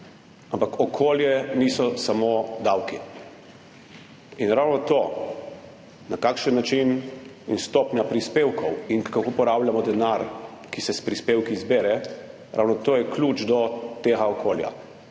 Ampak okolje niso samo davki. In ravno to, na kakšen način in stopnja prispevkov in kako porabljamo denar, ki se s prispevki zbere, ravno to je ključ do tega okolja.